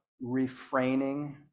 refraining